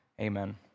Amen